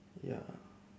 ya